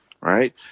right